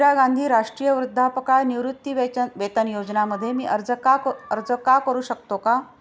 इंदिरा गांधी राष्ट्रीय वृद्धापकाळ निवृत्तीवेतन योजना मध्ये मी अर्ज का करू शकतो का?